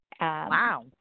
Wow